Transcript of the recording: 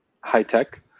high-tech